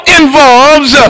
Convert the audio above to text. involves